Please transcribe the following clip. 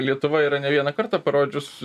lietuva yra ne vieną kartą parodžius